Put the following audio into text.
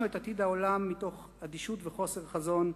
מישכנו את עתיד העולם מתוך אדישות וחוסר חזון.